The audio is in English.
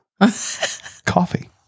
Coffee